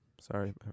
sorry